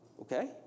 Okay